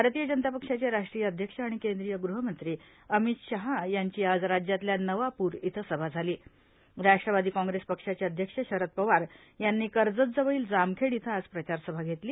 भारतीय जनता पक्षाचे रा ट्रीय अध्यक्ष आणि केंद्रीय गृहमंत्री अमित ाहा याची आज राज्यातल्या नवापूर इथं सभा झालीण रा ट्रवादी काँग्रेस पक्षाचे अध्यक्ष ारद पवार यांनी कर्जतजवळील जामखेड इथं आज प्रचारसभा घेतली